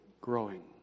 growing